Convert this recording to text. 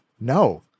No